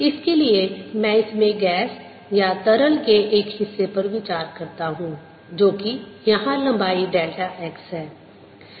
इसके लिए मैं इसमें गैस या तरल के एक हिस्से पर विचार करता हूं जो कि यहां लंबाई डेल्टा x है